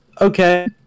okay